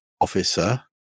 officer